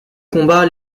combat